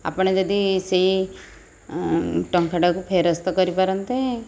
ଆପଣ ଯଦି ସେହି ଟଙ୍କାଟାକୁ ଫେରସ୍ତ କରିପାରନ୍ତେ